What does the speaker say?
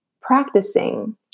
practicing